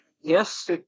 Yes